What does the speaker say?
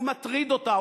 הוא מטריד אותה,